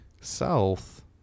South